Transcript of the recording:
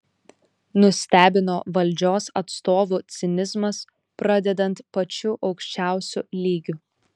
nustebino valdžios atstovų cinizmas pradedant pačiu aukščiausiu lygiu